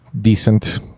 decent